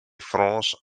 france